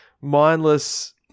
mindless